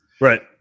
Right